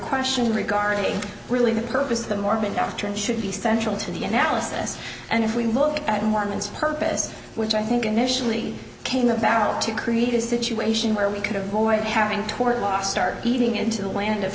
question regarding really the purpose of the mormon doctrine should be central to the analysis and if we look at mormons purpose which i think initially came the barrel to create a situation where we could avoid having tort law start eating into the land of